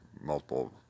multiple